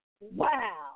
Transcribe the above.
Wow